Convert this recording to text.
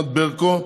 ענת ברקו,